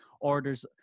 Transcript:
orders